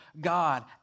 God